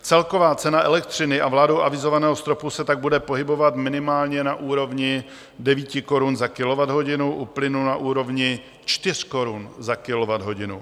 Celková cena elektřiny a vládou avizovaného stropu se tak bude pohybovat minimálně na úrovni 9 korun za kilowatthodinu, u plynu na úrovni 4 korun za kilowatthodinu.